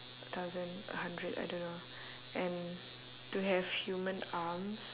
a thousand a hundred I don't know and to have human arms